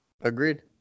Agreed